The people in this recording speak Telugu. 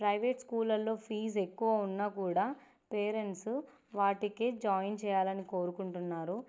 ప్రైవేట్ స్కూళ్లల్లో ఫీజు ఎక్కువ ఉన్నా కూడా పేరెంట్స్ వాటికి జాయిన్ చేయాలి అని కోరుకుంటున్నారు